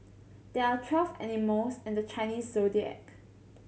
there are twelve animals in the Chinese Zodiac